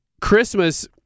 Christmas